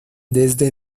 desde